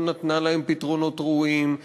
לא נתנה להם פתרונות ראויים,